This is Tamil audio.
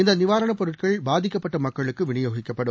இந்த நிவாரணப்பொருட்கள் பாதிக்கப்பட்ட மக்களுக்கு விநியோகிக்கப்படும்